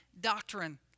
doctrine